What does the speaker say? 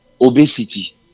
obesity